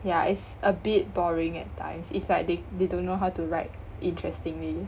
yeah it's a bit boring at times if like they they don't know how to write interestingly